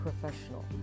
professional